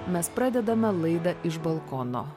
mes pradedame laidą iš balkono